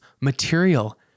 material